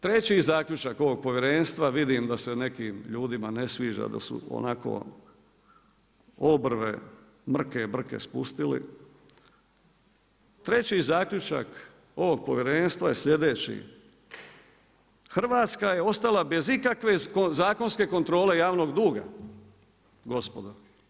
Treći je zaključak ovog povjerenstva, vidim da se nekim ljudima ne sviđa, da su onako obrve mrke i brke spustili, treći zaključak ovog povjerenstva je sljedeći, Hrvatska je ostala bez ikakve zakonske kontrole javnog duga, gospodo.